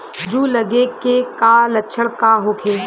जूं लगे के का लक्षण का होखे?